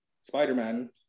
Spider-Man